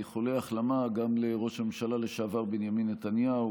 באיחולי החלמה גם לראש הממשלה לשעבר בנימין נתניהו,